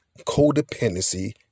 codependency